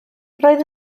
roedd